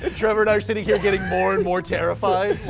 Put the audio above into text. ah trever and i are sitting here getting more and more terrified.